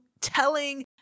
telling